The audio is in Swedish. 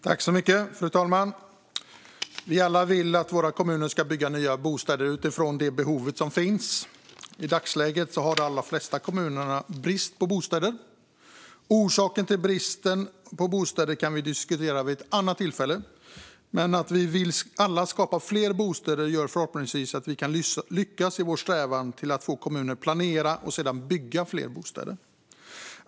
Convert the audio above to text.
Fru talman! Vi vill alla att våra kommuner ska bygga nya bostäder utifrån det behov som finns. I dagsläget har de allra flesta kommuner brist på bostäder. Orsaken till bristen på bostäder kan vi diskutera vid ett annat tillfälle. Men att vi alla vill skapa fler bostäder gör förhoppningsvis att vi kan lyckas i vår strävan att få kommunerna att planera och sedan bygga fler bostäder.